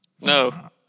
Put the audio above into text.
No